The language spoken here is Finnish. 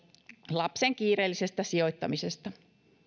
lapsen kiireellisestä sijoittamisesta